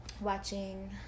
watching